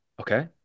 Okay